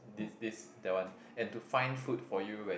this this that one and to find food for you when